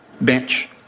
Bench